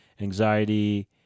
anxiety